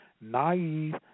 naive